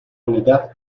unidad